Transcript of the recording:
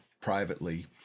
privately